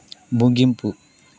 ముగింపు